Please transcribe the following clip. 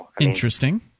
Interesting